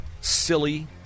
silly